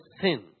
sin